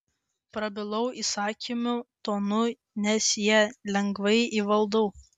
prabilau įsakmiu tonu nes jį lengvai įvaldau